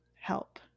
help